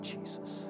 Jesus